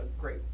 great